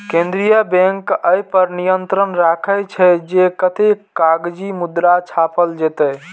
केंद्रीय बैंक अय पर नियंत्रण राखै छै, जे कतेक कागजी मुद्रा छापल जेतै